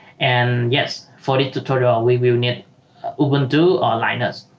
and yes for this tutorial we will need open do or liners